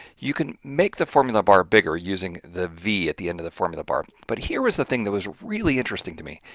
you can make the formula bar bigger using the v at the end of the formula bar but here's the thing that was really interesting to me.